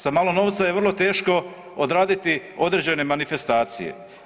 Sa malo novca je vrlo teško odraditi određene manifestacije.